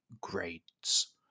grades